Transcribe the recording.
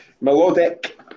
Melodic